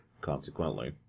consequently